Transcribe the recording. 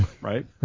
right